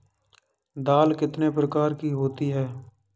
दाल कितने प्रकार की होती है?